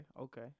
okay